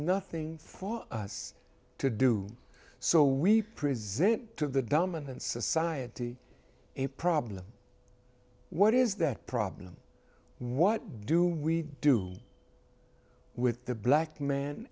nothing for us to do so we present to the dominant society a problem what is that problem what do we do with the black man